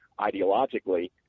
ideologically